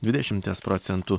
dvidešimties procentų